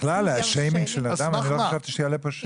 בכלל השיימינג של אדם, אני לא חשבתי שיעלה פה שם.